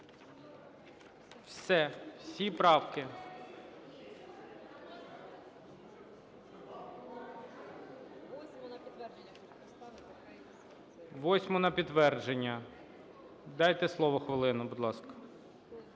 Все, всі правки. 8-у на підтвердження. Дайте слово хвилину, будь ласка,